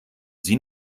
sie